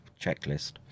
checklist